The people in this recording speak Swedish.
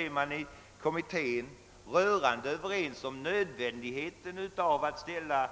Inom kommittén är man rörande överens om nödvändigheten av att ställa